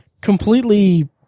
completely